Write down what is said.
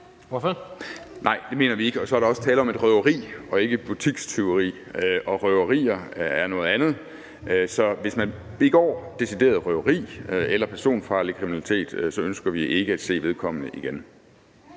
(LA): Nej, det mener vi ikke. Og så er der også tale om et røveri og ikke et butiksrøveri, og røverier er noget andet. Så hvis man begår decideret røveri eller personfarlig kriminalitet, ønsker vi ikke at se vedkommende igen.